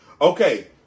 Okay